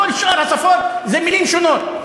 בכל שאר השפות זה מילים שונות.